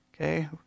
Okay